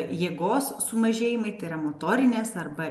jėgos sumažėjimai tai yra motorinės arba